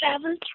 travel